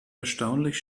erstaunlich